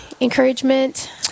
encouragement